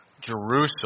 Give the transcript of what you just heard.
Jerusalem